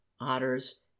Otter's